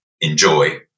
enjoy